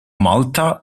malta